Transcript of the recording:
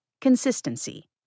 Consistency